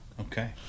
Okay